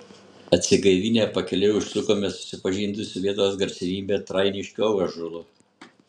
atsigaivinę pakeliui užsukome susipažinti su vietos garsenybe trainiškio ąžuolu